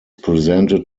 presented